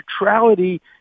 Neutrality